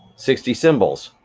sixty symbols,